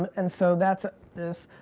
and so that's this.